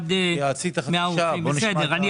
בסדר,